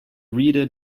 reader